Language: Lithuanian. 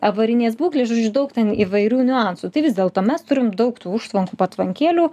avarinės būklės žodžiu daug ten įvairių niuansų tai vis dėlto mes turim daug tų užtvankų patvankėlių